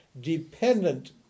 dependent